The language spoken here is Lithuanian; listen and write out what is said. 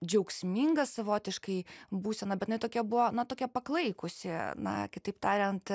džiaugsminga savotiškai būsena bet jinai tokia buvo na tokia paklaikusi na kitaip tariant